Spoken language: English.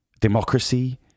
democracy